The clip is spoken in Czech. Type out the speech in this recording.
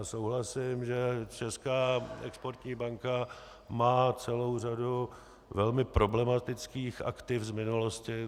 Souhlasím, že Česká exportní banka má celou řadu velmi problematických aktiv z minulosti.